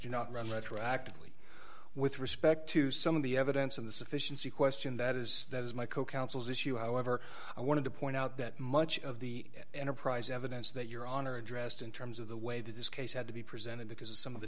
do not run retroactively with respect to some of the evidence of the sufficiency question that is that is my co counsels issue however i wanted to point out that much of the enterprise evidence that your honor addressed in terms of the way that this case had to be presented because of some of the